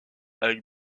avec